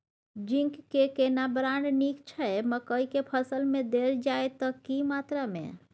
Zinc के केना brand नीक छैय मकई के फसल में देल जाए त की मात्रा में?